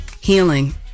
healing